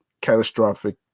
catastrophic